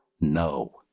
No